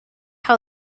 how